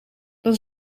dan